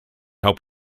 help